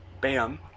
BAM